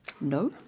No